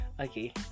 Okay